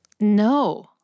No